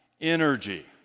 energy